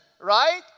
right